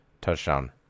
touchdown